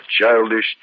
childish